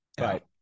Right